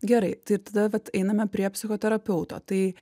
gerai tai ir tada vat einame prie psichoterapeuto tai